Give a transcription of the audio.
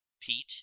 Pete